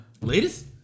Latest